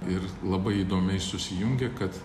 ir labai įdomiai susijungė kad